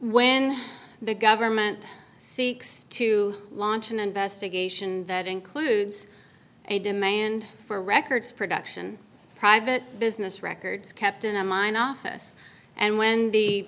when the government seeks to launch an investigation that includes a demand for records production private business records kept in a mine office and when the